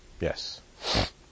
Yes